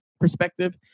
perspective